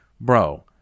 Bro